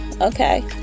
Okay